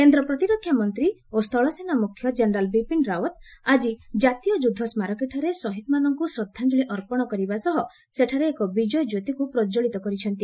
କେନ୍ଦ୍ର ପ୍ରତିରକ୍ଷା ମନ୍ତ୍ରୀ ଓ ସ୍ଥଳସେନା ମୁଖ୍ୟ ଜେନେରାଲ ବିପିନ ରାଓ୍ୱତ ଆଜି ଜାତୀୟ ଯୁଦ୍ଧ ସ୍କାରକୀଠାରେ ଶହୀଦମାନଙ୍କୁ ଶ୍ରଦ୍ଦାଞ୍ଚଳି ଅର୍ପଣ କରିବା ସହ ସେଠାରେ ଏକ ବିଜୟ କ୍ୟୋତିକୁ ପ୍ରଜ୍ୱଳିତ କରିଛନ୍ତି